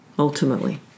Ultimately